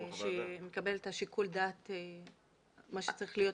שמקבל את שיקול הדעת כמו שצריך להיות.